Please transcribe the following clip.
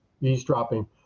eavesdropping